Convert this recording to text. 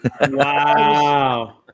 Wow